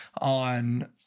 on